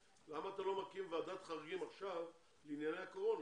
למה אתה לא מקים ועדת חריגים עכשיו לענייני הקורונה?